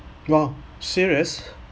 !wow! serious